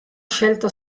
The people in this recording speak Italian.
scelta